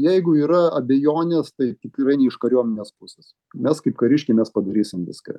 jeigu yra abejonės tai tikrai ne iš kariuomenės pusės mes kaip kariškiai mes padarysim viską